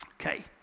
Okay